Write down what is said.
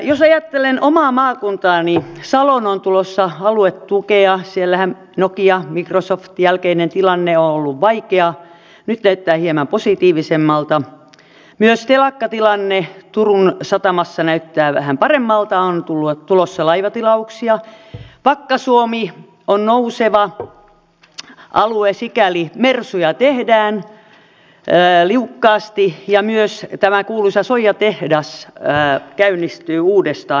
jos ajattelen omaa maakuntaani saloon on tulossa aluetukea siellähän nokian microsoftin jälkeinen tilanne on ollut vaikea nyt näyttää hieman positiivisemmalta ja myös telakkatilanne turun satamassa näyttää vähän paremmalta on tulossa laivatilauksia vakka suomi on nouseva alue sikäli että mersuja tehdään liukkaasti ja myös tämä kuuluisa soijatehdas käynnistyy uudestaan